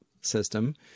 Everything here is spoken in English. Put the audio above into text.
system